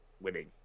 winning